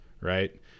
right